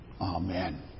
Amen